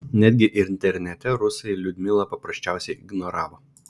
netgi internete rusai liudmilą paprasčiausiai ignoravo